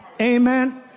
Amen